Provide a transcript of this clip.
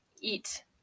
eat